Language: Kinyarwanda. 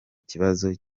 ikibazo